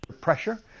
pressure